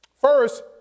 First